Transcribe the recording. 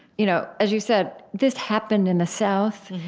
you know as you said, this happened in the south.